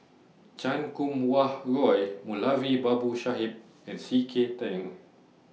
Chan Kum Wah Roy Moulavi Babu Sahib and C K Tang